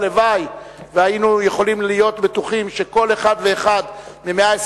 הלוואי שהיינו יכולים להיות בטוחים שכל אחד ואחד מ-120